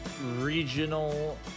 regional